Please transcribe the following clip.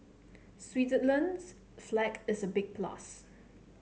Switzerland's flag is a big plus